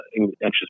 anxious